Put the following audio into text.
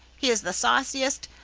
he is the sauciest,